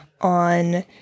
on